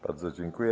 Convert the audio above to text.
Bardzo dziękuję.